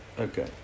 Okay